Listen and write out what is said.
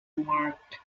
marked